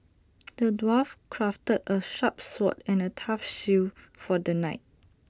the dwarf crafted A sharp sword and A tough shield for the knight